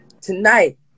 tonight